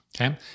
okay